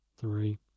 three